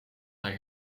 hij